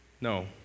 No